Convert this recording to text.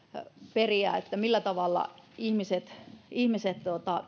periä millä tavalla ihmiset ihmiset